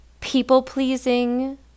people-pleasing